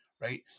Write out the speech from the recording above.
Right